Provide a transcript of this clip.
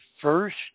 first